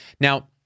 Now